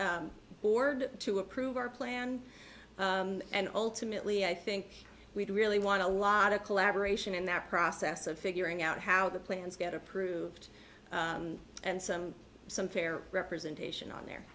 right board to approve our plan and ultimately i think we'd really want a lot of collaboration in that process of figuring out how the plans get approved and some some fair representation on the